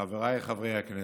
חבריי חברי הכנסת,